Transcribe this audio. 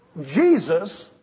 Jesus